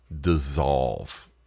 dissolve